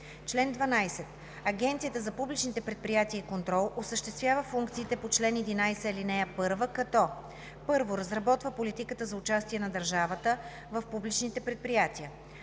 „Чл. 12. Агенцията за публичните предприятия и контрол осъществява функциите по чл. 11, ал. 1, като: 1. разработва политиката за участието на държавата в публичните предприятия;